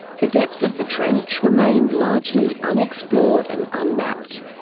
the depths of the trench remain largely unexplored and unmapped.